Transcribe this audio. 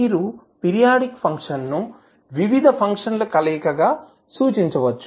మీరు పీరియాడిక్ ఫంక్షన్ను వివిధ ఫంక్షన్ల కలయికగా సూచించవచ్చు